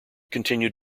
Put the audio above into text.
continued